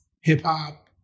hip-hop